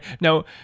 Now